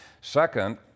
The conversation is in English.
Second